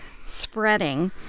spreading